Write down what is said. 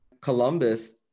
Columbus